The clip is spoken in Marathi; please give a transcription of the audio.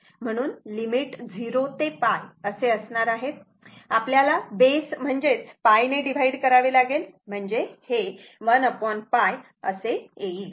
म्हणून लिमिट 0 ते π असणार आहेत आपल्याला बेस म्हणजेच π ने डिव्हाइड करावे लागेल म्हणजे हे 1 π असे येईल